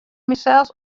mysels